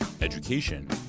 education